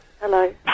Hello